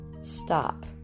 stop